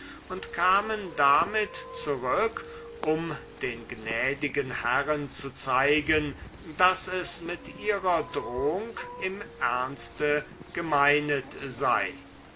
und kamen damit zurück um den gnädigen herren zu zeigen daß es mit ihrer drohung im ernste gemeinet sei